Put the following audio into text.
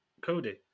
Cody